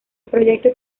proyecto